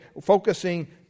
focusing